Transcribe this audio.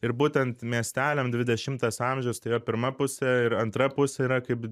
ir būtent miesteliam dvidešimtas amžius tai yra pirma pusė ir antra pusė yra kaip